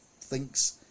thinks